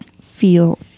feel